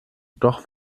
doch